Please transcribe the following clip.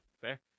Fair